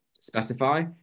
specify